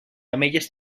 ametlles